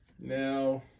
now